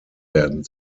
werden